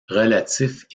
relatifs